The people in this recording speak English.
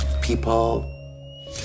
people